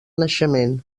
naixement